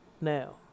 Now